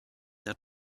der